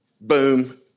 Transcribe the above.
boom